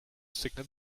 signal